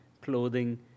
clothing